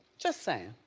just saying.